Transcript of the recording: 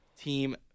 team